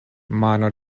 mano